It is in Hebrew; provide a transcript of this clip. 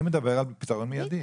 אני מדבר על פתרון מיידי.